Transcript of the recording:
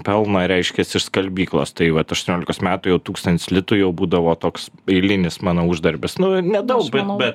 pelno reiškias iš skalbyklos tai vat aštuoniolikos metų jau tūkstantis litų jau būdavo toks eilinis mano uždarbis nu nedaug bet bet